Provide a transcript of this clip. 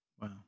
Wow